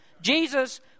Jesus